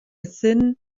thin